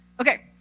okay